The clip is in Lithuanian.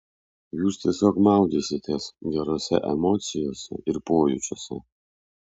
jūs tiesiog maudysitės gerose emocijose ir pojūčiuose